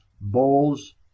bowls